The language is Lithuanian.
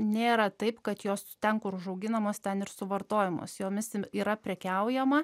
nėra taip kad jos ten kur užauginamos ten ir suvartojamos jomis yra prekiaujama